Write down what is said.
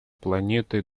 планеты